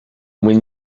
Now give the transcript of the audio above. when